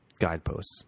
guideposts